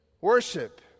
worship